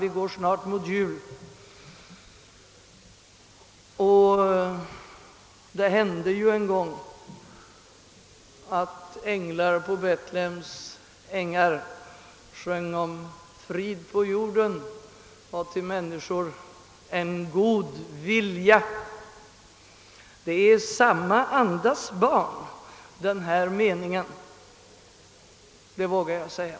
Vi närmar oss julen, och det hände ju en gång att änglar på Betlehems ängar sjöng om frid på jorden och till människor en god vilja. Den här meningen är samma andas barn, det vågar jag säga.